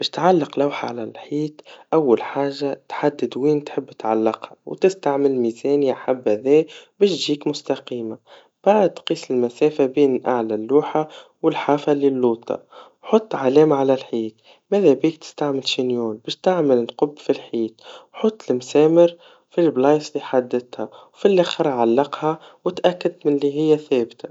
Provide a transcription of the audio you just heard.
باش تعلق لوحا على الحيط, أول حاجا, تحدد وين تحب تعلقها, وتستعمل ميزان يا حبذا باش يجيك مستقيما, وبعد قيس المسافا بين أعلى اللوحا والحافة للأسفل, حط علاما على الحيط, ماذا بيك تستعمل شنيور باش تعمل ثقوب في الحيط, وحط لمسامر في الأماكن اللي حددتها, وفالآخر علقها, واتأكد من اللي هيا ثابتا.